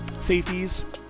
Safeties